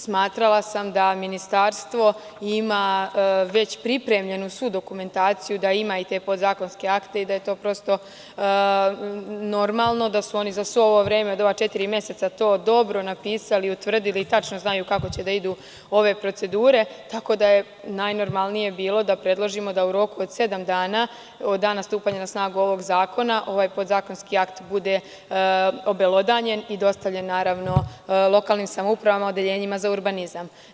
Smatrala sam da ministarstvo ima već pripremljenu svu dokumentaciju, da ima i te podzakonske akte i da je to prosto normalno, da su oni za ova četiri meseca to dobro napisali i utvrdili i da tačno znaju kako će da idu ove procedure, tako da je najnormalnije bilo da predložimo da u roku od sedam dana od dana stupanja na snagu ovog zakona ovaj podzakonski akt bude obelodanjen i bude dostavljen lokalnim samoupravama, odeljenjima za urbanizam.